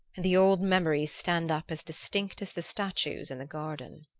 and the old memories stand up as distinct as the statues in the garden.